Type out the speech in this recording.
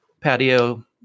patio